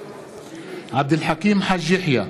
בעד עבד אל חכים חאג' יחיא,